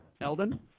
Eldon